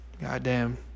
Goddamn